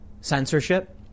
Censorship